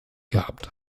gehabt